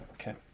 Okay